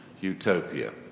utopia